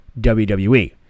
WWE